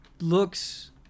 looks